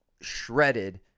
shredded